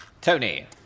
Tony